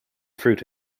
fruit